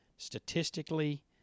Statistically